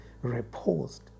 Reposed